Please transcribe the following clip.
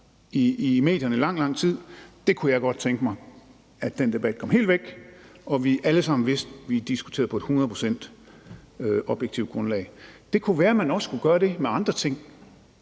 i medierne i lang, lang tid. Jeg kunne godt tænke mig, at den debat kom helt væk, og at vi alle sammen vidste, at vi diskuterede på et hundrede procent objektivt grundlag. Det kunne være, at man også skulle gøre det med andre ting